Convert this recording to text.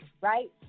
right